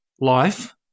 life